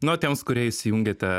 na o tiems kurie įsijungėte